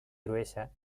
gruesa